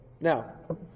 Now